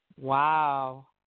Wow